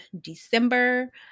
December